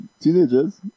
teenagers